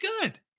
good